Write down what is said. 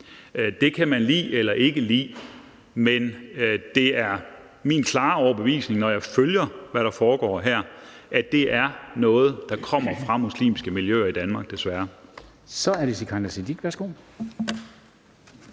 Det kan man lide eller ikke lide, men det er min klare overbevisning, når jeg følger, hvad der foregår på det her område, at det desværre er noget, der kommer fra muslimske miljøer i Danmark.